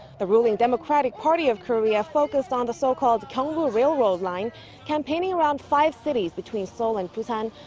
the ruling democratic party of korea focused on the so-called gyeongbu railroad line campaigning around five cities between seoul and busan,